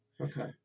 Okay